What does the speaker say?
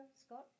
Scott